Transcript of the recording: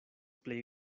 plej